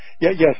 Yes